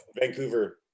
Vancouver